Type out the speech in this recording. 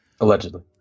Allegedly